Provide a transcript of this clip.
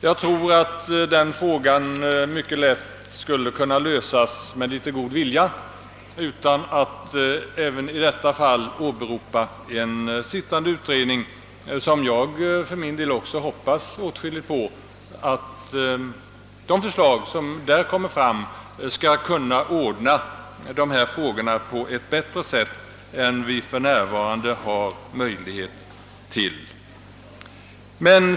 Jag tror att den frågan mycket lätt skulle kunna lösas med litet god vilja, utan att även i detta fall en sittande utredning åberopas. Men även jag hoppas mycket av denna ut redning och att dess förslag skall kunna bidra till att lösa dessa frågor på ett bättre sätt än vad vi för närvarande har möjlighet till.